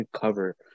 cover